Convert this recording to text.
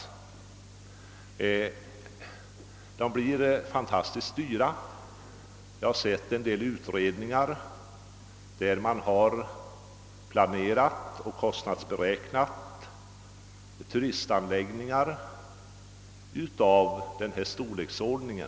Jag vet att sådana anläggningar blir fantastiskt dyra, ty jag har sett en utredning över en planerad och kostnadsberäknad turistanläggning av så dan storleksordning.